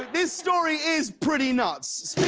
this story is pretty nuts.